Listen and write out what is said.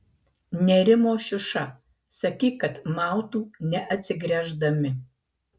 nerimo šiuša sakyk kad mautų neatsigręždami